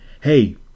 Hey